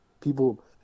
people